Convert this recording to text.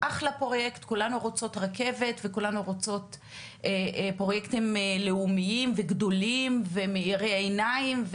כולנו רוצים רכבת וכולנו רוצים פרוייקטים לאומיים גדולים ומאירי עיניים,